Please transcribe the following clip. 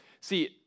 See